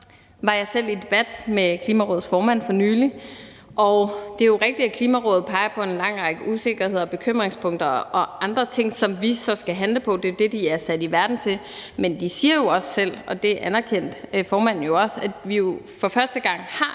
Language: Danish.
var jeg selv i debat med Klimarådets formand for nylig. Det er jo rigtigt, at Klimarådet peger på en lang række usikkerheder, bekymringspunkter og andre ting, som vi så skal handle på. Det er jo det, rådet er sat i verden til. Men de siger også selv – og det anerkendte formanden jo også – at vi for første gang har